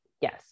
Yes